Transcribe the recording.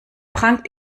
prangt